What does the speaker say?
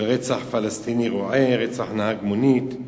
של רצח רועה פלסטיני, רצח נהג מונית,